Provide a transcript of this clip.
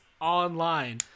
online